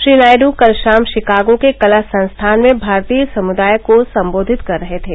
श्री नायडू कल शाम शिकागो के कला संस्थान में भारतीय समुदाय को सम्बोधित कर रहे थे